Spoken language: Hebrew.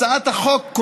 הצעת החוק,